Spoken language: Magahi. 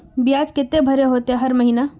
बियाज केते भरे होते हर महीना?